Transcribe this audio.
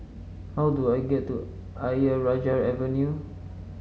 how do I get to Ayer Rajah Avenue